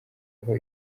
aho